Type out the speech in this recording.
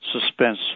suspense